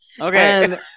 okay